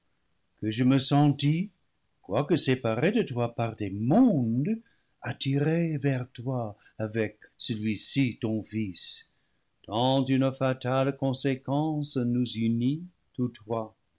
que je me sentis quoique sé parée de toi par des mondes attirée vers toi avec celui-ci ton fils tant une fatale conséquence nous unit tous trois